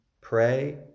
Pray